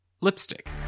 lipstick